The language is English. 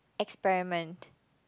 experiment